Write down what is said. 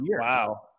Wow